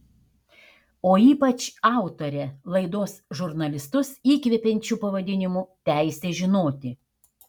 o ypač autorė laidos žurnalistus įkvepiančiu pavadinimu teisė žinoti